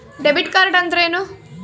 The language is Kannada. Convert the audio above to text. ಡೆಬಿಟ್ ಕಾರ್ಡ್ ಅಂದ್ರೇನು?